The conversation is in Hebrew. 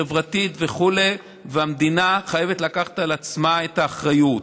חברתית וכו' המדינה חייבת לקחת על עצמה את האחריות.